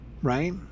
Right